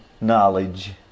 knowledge